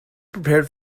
prepared